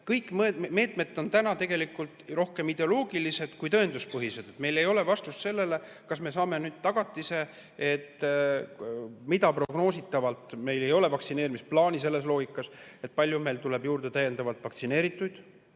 Kõik meetmed on täna tegelikult rohkem ideoloogilised kui tõenduspõhised. Meil ei ole vastust sellele, kas me saame tagatise, mida prognoositavalt meil ei ole, selles vaktsineerimisplaani loogikas, kui palju meil tuleb täiendavalt juurde vaktsineerituid.